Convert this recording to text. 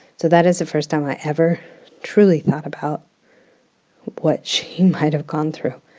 so that is the first time i ever truly thought about what she might have gone through